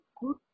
good